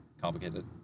complicated